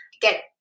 get